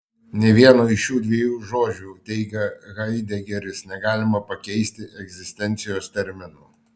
nė vieno iš šių dviejų žodžių teigia haidegeris negalima pakeisti egzistencijos terminu